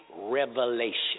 revelation